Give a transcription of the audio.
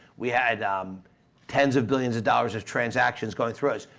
we had um tens of billions of dollars of transactions going through.